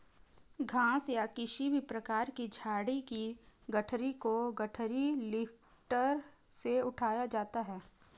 घास या किसी भी प्रकार की झाड़ी की गठरी को गठरी लिफ्टर से उठाया जाता है